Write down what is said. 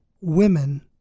women